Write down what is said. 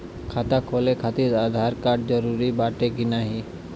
खाता खोले काहतिर आधार कार्ड जरूरी बाटे कि नाहीं?